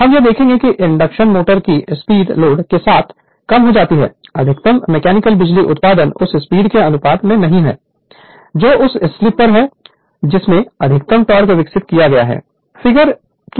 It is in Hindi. हम यह देखेंगे कि इंडक्शन मोटर की स्पीड लोड के साथ कम हो जाती है अधिकतम मैकेनिकल बिजली उत्पादन उस स्पीड के अनुरूप नहीं है जो उस स्लीप पर है जिसमें अधिकतम टोक़ विकसित किया गया है